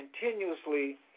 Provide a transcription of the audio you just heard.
continuously